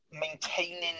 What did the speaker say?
maintaining